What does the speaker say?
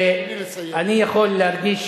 חבר הכנסת